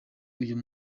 uyu